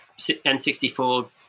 N64